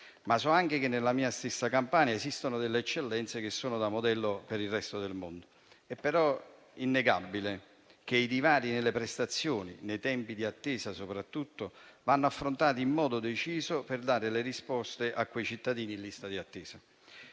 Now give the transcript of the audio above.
Ma so anche che nella mia stessa Campania esistono delle eccellenze che sono un modello per il resto del mondo. È però innegabile che i divari nelle prestazioni e soprattutto nei tempi di attesa devono essere affrontati in modo deciso, per dare risposte ai cittadini in lista di attesa.